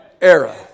era